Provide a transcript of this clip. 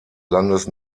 landes